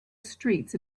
streets